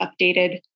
updated